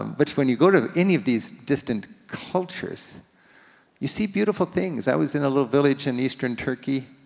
um which, when you go to any of these distant cultures you see beautiful things. i was in a little village in eastern turkey,